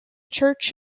church